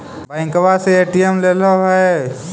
बैंकवा से ए.टी.एम लेलहो है?